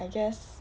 I guess